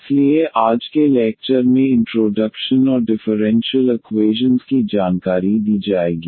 इसलिए आज के लेक्चर मे इन्ट्रोडक्शन और डिफरेंशियल इक्वैशन की जानकारी दी जाएगी